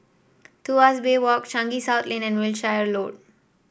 Tuas Bay Walk Changi South Lane and Wiltshire Road